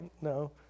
no